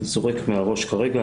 אני זורק מהראש כרגע,